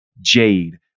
Jade